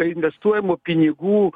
investuojamų pinigų